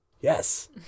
Yes